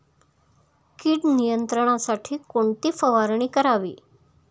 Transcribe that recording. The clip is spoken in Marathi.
कीड नियंत्रणासाठी कोणती फवारणी करावी?